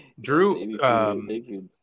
drew